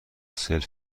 سلف